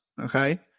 Okay